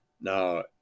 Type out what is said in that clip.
Now